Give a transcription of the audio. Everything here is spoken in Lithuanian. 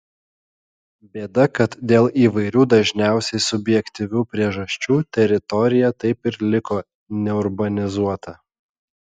bėda kad dėl įvairių dažniausiai subjektyvių priežasčių teritorija taip ir liko neurbanizuota